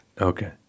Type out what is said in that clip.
Okay